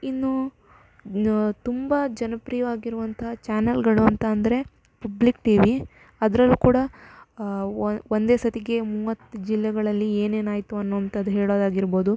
ಇನ್ನು ತುಂಬ ಜನಪ್ರಿಯವಾಗಿರುವಂತಹ ಚಾನಲ್ಗಳು ಅಂತ ಅಂದರೆ ಪಬ್ಲಿಕ್ ಟಿ ವಿ ಅದ್ರಲ್ಲೂ ಕೂಡ ಒಂದೇ ಸರ್ತಿಗೆ ಮೂವತ್ತು ಜಿಲ್ಲೆಗಳಲ್ಲಿ ಏನೇನು ಆಯಿತು ಅನ್ನುವಂಥದ್ ಹೇಳೋದಾಗಿರ್ಬೋದು